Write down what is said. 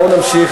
בואו נמשיך.